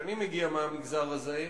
אני מגיע מהמגזר הזה,